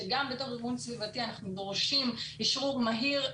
שגם בתור ארגון סביבתי אנחנו דורשים אשרור מהיר.